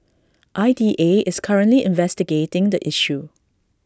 I D A is currently investigating the issue